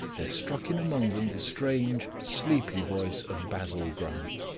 there struck in among them the strange, sleepy voice of basil grant.